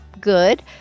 good